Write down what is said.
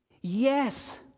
yes